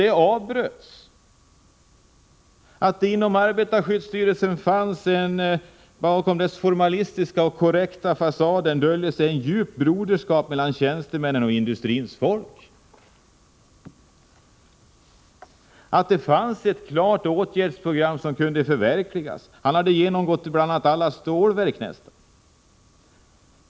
Han säger att det inom arbetarskyddsstyrelsen, bakom dess formalistiska och korrekta fasader, döljer sig ett djupt broderskap mellan tjänstemän och industrins folk. Det fanns ett åtgärdsprojekt klart som kunde förverkligas. Man hade bl.a. genomgått nästan alla stålverk.